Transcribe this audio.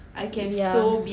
yeah